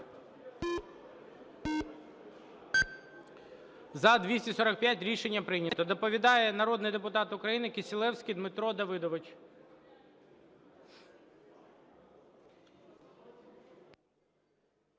За-245 Рішення прийнято. Доповідає народний депутат України Кисилевський Дмитро Давидович.